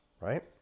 right